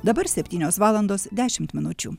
dabar septynios valandos dešimt minučių